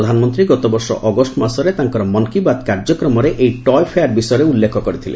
ପ୍ରଧାନମନ୍ତ୍ରୀ ଗତ ବର୍ଷ ଅଗଷ୍ଟ ମାସରେ ତାଙ୍କର ମନ୍ କି ବାତ୍ କାର୍ଯ୍ୟକ୍ରମରେ ଏହି ଟୟେ ଫେୟାର୍ ବିଷୟରେ ଉଲ୍ଲେଖ କରିଥିଲେ